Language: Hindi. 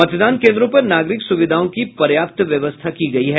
मतदान केंद्रों पर नागरिक सुविधाओं की पर्याप्त व्यवस्था की गयी है